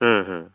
হুম হুম